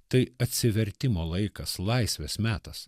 tai atsivertimo laikas laisvės metas